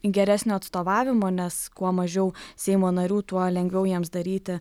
geresnio atstovavimo nes kuo mažiau seimo narių tuo lengviau jiems daryti